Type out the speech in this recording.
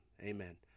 Amen